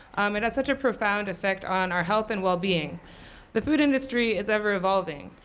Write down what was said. um it has such a profound effect on our health and well-being. the food industry is ever-evolving.